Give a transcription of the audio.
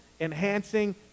enhancing